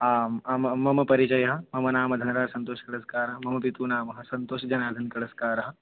आम् आं मम परिचयः मम नाम धनराजः सन्तोष् कळस्कारः मम पितुः नामः सन्तोष् जनार्धन् कळस्कारः